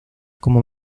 como